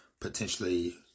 potentially